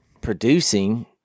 producing